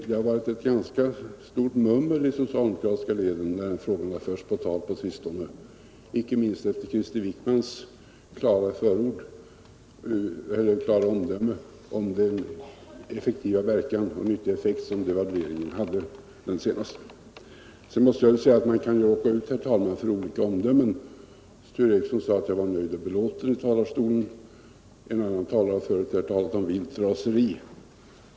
Det har varit ett ganska stort mummel i de socialdemokratiska leden när de frågorna har förts på tal på sistone, inte minst efter Krister Wickmans klara omdöme om den goda verkan och nyttiga effekt som den senaste devalveringen hade. Sedan måste jag säga, herr talman, att man kan råka ut för olika omdömen. Sture Ericson sade att jag var nöjd och belåten när jag stod i talarstolen. En annan talare har förut här talat om vilt raseri.